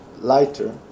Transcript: lighter